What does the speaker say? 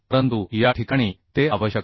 परंतु या ठिकाणी ते आवश्यक नाही